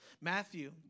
Matthew